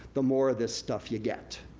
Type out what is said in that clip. the more of this stuff you get.